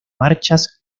marchas